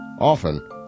Often